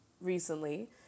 recently